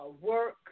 work